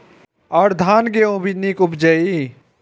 और धान गेहूँ भी निक उपजे ईय?